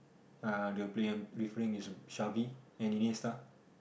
uh the player I'm referring is Xavi Iniesta